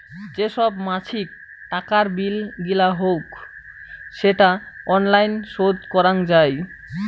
যে সব মাছিক টাকার বিল গিলা হউক সেটা অনলাইন শোধ করাং যাই